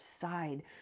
side